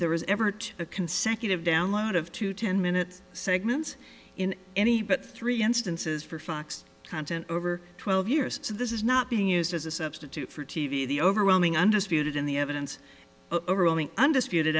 there was ever to a consecutive download of two ten minute segments in any but three instances for fox content over twelve years so this is not being used as a substitute for t v the overwhelming undisputed in the evidence overwhelming undisputed